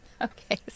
Okay